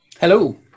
hello